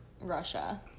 Russia